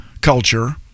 culture